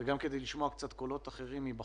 גם כדי לשמוע קולות אחרים מבחוץ,